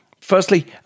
Firstly